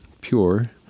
pure